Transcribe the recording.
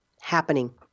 happening